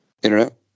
Internet